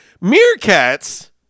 Meerkats